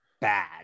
bad